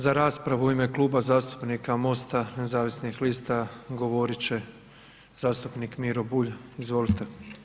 Za raspravu u ime Kluba zastupnika MOST-a nezavisnih lista govorit će zastupnik Miro Bulj, izvolite.